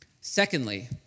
Secondly